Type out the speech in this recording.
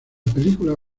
película